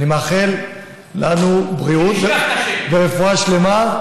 אני מאחל לנו ורפואה שלמה,